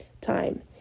time